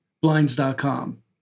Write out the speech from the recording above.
Blinds.com